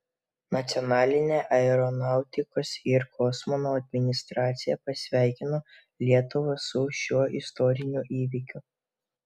nacionalinė aeronautikos ir kosmoso administracija pasveikino lietuvą su šiuo istoriniu įvykiu